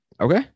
Okay